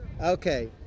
okay